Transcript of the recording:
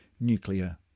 nuclear